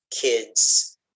kids